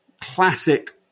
classic